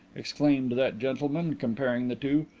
exclaimed that gentleman, comparing the two.